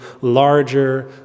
larger